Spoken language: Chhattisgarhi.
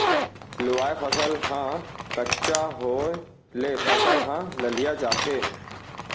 लूवाय फसल ह कच्चा होय ले फसल ह ललिया जाथे